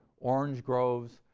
orange groves,